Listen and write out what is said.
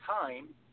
time